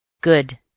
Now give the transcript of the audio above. Good